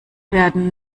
werden